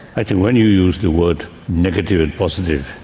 like and when you use the words negative and positive,